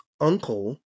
uncle